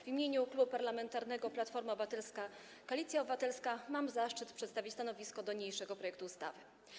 W imieniu Klubu Parlamentarnego Platforma Obywatelska - Koalicja Obywatelska mam zaszczyt przedstawić stanowisko wobec niniejszego projektu ustawy.